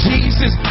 Jesus